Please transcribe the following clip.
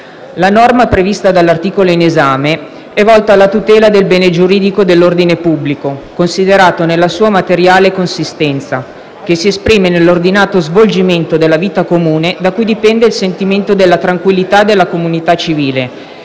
La norma prevista dall'articolo in esame è volta alla tutela del bene giuridico dell'ordine pubblico - considerato nella sua materiale consistenza, che si esprime nell'ordinato svolgimento della vita comune da cui dipende il sentimento della tranquillità della comunità civile